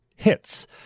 hits